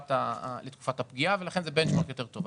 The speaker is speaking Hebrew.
לתקופת הפגיעה ולכן זה בנצ'מרק יותר טוב.